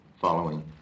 following